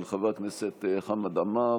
של חבר הכנסת חמד עמאר,